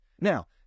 Now